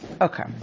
Okay